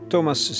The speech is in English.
Thomas